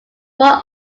born